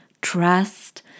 trust